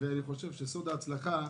סוד ההצלחה,